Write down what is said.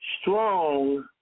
strong